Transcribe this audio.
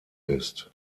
ist